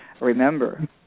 remember